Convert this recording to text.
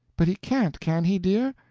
but he can't, can he, dear?